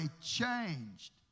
changed